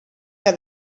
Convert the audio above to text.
que